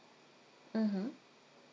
mmhmm